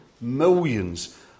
millions